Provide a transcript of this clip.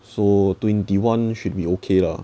so twenty one should be okay lah